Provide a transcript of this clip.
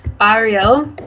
Ariel